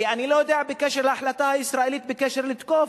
ואני לא יודע בקשר להחלטה הישראלית בקשר, לתקוף.